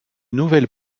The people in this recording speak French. nouvelle